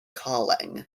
calling